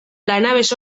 lanabes